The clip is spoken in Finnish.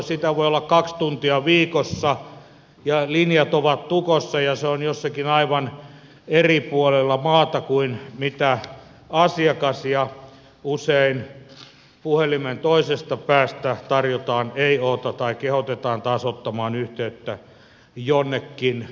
sitä voi olla kaksi tuntia viikossa ja linjat ovat tukossa ja se on jossakin aivan eri puolella maata kuin asiakas ja usein puhelimen toisesta päästä tarjotaan eioota tai kehotetaan taas ottamaan yhteyttä jonnekin muuanne